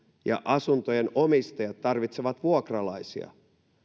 ja asuntojen omistajat tarvitsevat vuokralaisia